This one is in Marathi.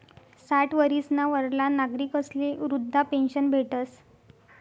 साठ वरीसना वरला नागरिकस्ले वृदधा पेन्शन भेटस